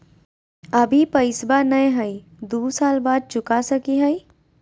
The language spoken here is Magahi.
अभि पैसबा नय हय, दू साल बाद चुका सकी हय?